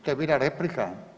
To je bila replika?